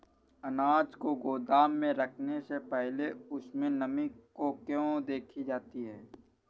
अनाज को गोदाम में रखने से पहले उसमें नमी को क्यो देखी जाती है?